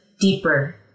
deeper